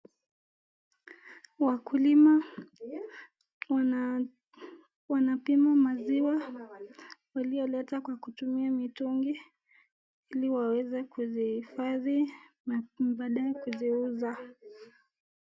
Wakulima wanapima maziwa walioleta kwa kutumia mitungi, ili waweze kuziifadhi, na baadae kuziuza.